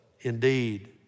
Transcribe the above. indeed